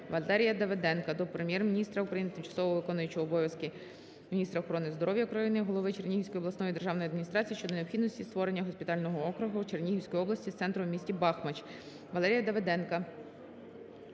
Валерія Давиденка до Прем'єр-міністра України, тимчасово виконуючої обов'язки міністра охорони здоров'я України, голови Чернігівської обласної державної адміністрації щодо необхідності створення госпітального округу Чернігівської області з центром в місті Бахмач. Валерія Давиденка